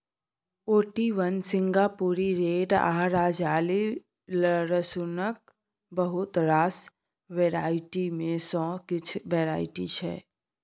Ooty one, सिंगापुरी red आ राजाली रसुनक बहुत रास वेराइटी मे सँ किछ वेराइटी छै